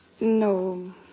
No